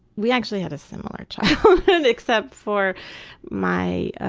we actually had a similar childhood except for my ah